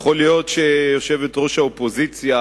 יכול להיות שיושבת-ראש האופוזיציה